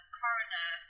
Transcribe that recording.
coroner